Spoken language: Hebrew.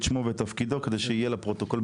שאמרתי,